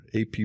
AP